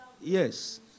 Yes